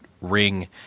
ring –